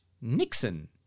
Nixon